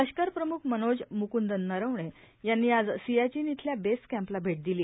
लष्कर प्रम्ख मनोज म्कूंद नरवणे यांनी आज सियाचीन इथल्या बेस क्रम्पला भेट दिली